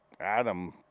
Adam